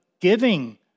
giving